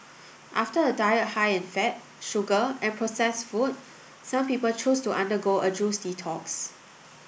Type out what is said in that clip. after a diet high in fat sugar and processed food some people choose to undergo a juice detox